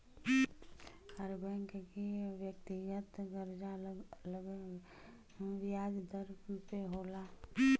हर bank के व्यक्तिगत करजा अलग अलग बियाज दर पे होला